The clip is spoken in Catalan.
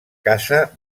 casa